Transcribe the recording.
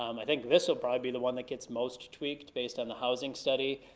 um i think this'll probably be the one that gets most tweaked based on the housing study.